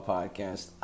Podcast